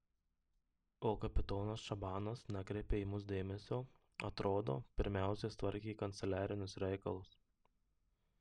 o kapitonas čabanas nekreipė į mus dėmesio atrodo pirmiausia tvarkė kanceliarinius reikalus